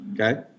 okay